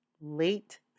late